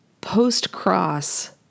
post-cross